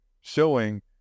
showing